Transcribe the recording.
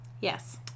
Yes